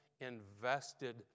invested